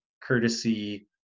courtesy